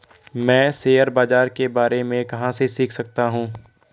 मैं शेयर बाज़ार के बारे में कहाँ से सीख सकता हूँ?